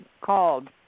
called